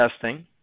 testing